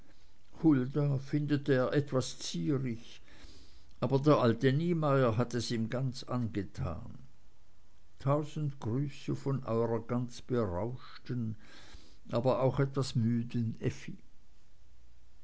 findet er etwas zierig aber der alte niemeyer hat es ihm ganz angetan tausend grüße von eurer ganz berauschten aber auch etwas müden effi